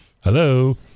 hello